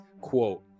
quote